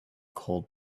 cold